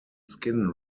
skin